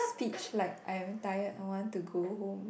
speech like I am tired I want to go home